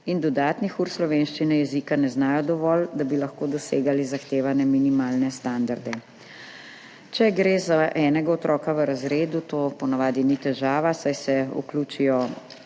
in dodatnih ur slovenščine jezika ne znajo dovolj, da bi lahko dosegli zahtevane minimalne standarde. Če gre za enega otroka v razredu, to po navadi ni težava, saj se vključijo